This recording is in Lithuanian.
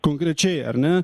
konkrečiai ar ne